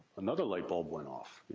another light bulb went off.